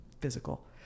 physical